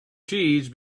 cheese